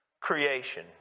creation